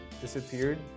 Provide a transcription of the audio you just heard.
disappeared